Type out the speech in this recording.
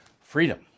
freedom